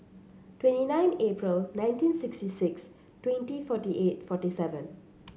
twenty nine April nineteen sixty six twenty forty eight forty seven